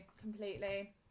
completely